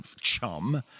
chum